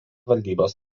valdybos